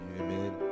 amen